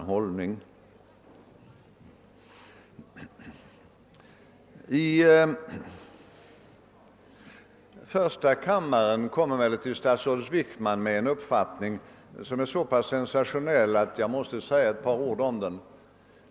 I förra veckans debatt i första kammaren framförde statsrådet Wickman en uppfattning som är så pass sensationell att jag måste säga ett par ord om den.